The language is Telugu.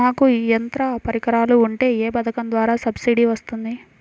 నాకు యంత్ర పరికరాలు ఉంటే ఏ పథకం ద్వారా సబ్సిడీ వస్తుంది?